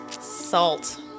salt